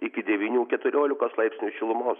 iki devynių keturiolikos laipsnių šilumos